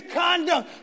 conduct